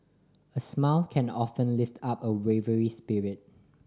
a smile can often lift up a weary spirit